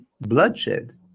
bloodshed